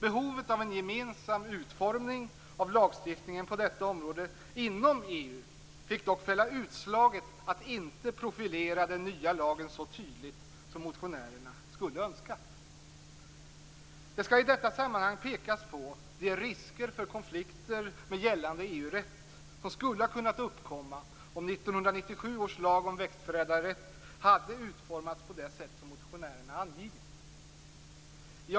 Behovet av en gemensam utformning av lagstiftningen på detta område inom EU fick dock fälla utslaget att inte profilera den nya lagen så tydligt som motionärerna skulle önskat. Det skall i detta sammanhang pekas på de risker för konflikter med gällande EU-rätt som skulle ha kunnat uppkomma om 1997 års lag om växtförädlarrätt hade utformats på det sätt som motionärerna angivit.